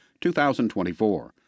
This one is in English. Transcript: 2024